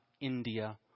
India